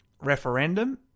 referendum